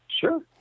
Sure